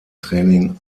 training